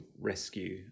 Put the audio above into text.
rescue